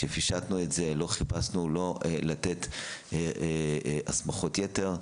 שפישטנו את זה, לא חיפשנו לתת הסמכות יתר.